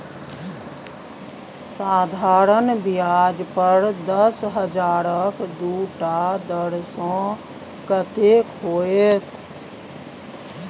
साधारण ब्याज पर दस हजारक दू टका दर सँ कतेक होएत?